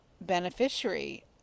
beneficiary